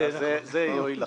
אולי זה יועיל לכם,